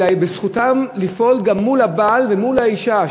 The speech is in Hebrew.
אלא זכותם לפעול גם מול הבעל ומול האישה,